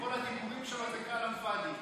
כל הדיבורים שלו זה כלאם פאדי.